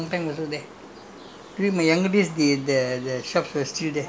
mm jumzam and all that lah long time also there